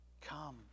Come